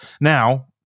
Now